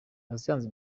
patient